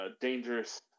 dangerous